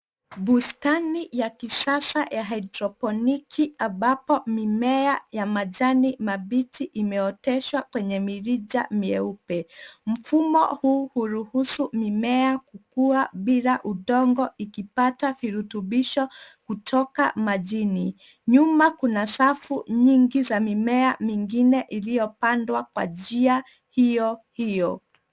Bustani ya kisasa ya haidroponiki ambapo mimea ya majani mabichi imeoteshwa kwenye mirija mieupe. Mfumo huu huruhusu mimea kukua bila udongo ikipata virutubisho kutoka majini. Nyuma kuna safu nyingi za mimea mingine iliyopandwa kwa njia hiyo hiyo.